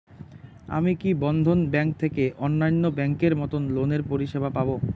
আমি কি বন্ধন ব্যাংক থেকে অন্যান্য ব্যাংক এর মতন লোনের পরিসেবা পাব?